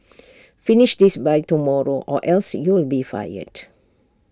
finish this by tomorrow or else you'll be fired